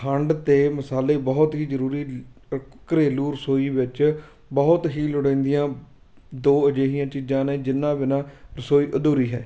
ਖੰਡ ਅਤੇ ਮਸਾਲੇ ਬਹੁਤ ਹੀ ਜ਼ਰੂਰੀ ਘਰੇਲੂ ਰਸੋਈ ਵਿੱਚ ਬਹੁਤ ਹੀ ਲੋਂੜੀਦੀਆਂ ਦੋ ਅਜਿਹੀਆਂ ਚੀਜ਼ਾਂ ਨੇ ਜਿਹਨਾਂ ਬਿਨਾਂ ਰਸੋਈ ਅਧੂਰੀ ਹੈ